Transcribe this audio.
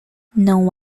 não